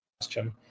question